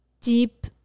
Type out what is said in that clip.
deep